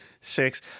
six